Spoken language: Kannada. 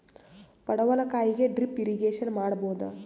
ಪಡವಲಕಾಯಿಗೆ ಡ್ರಿಪ್ ಇರಿಗೇಶನ್ ಮಾಡಬೋದ?